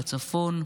בצפון,